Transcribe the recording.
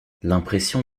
l’impression